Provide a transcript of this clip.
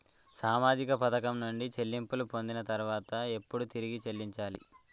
సామాజిక పథకం నుండి చెల్లింపులు పొందిన తర్వాత ఎప్పుడు తిరిగి చెల్లించాలి?